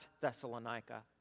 Thessalonica